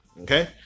Okay